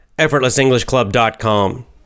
EffortlessEnglishClub.com